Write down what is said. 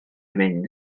fynd